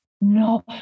No